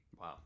Wow